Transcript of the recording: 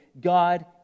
God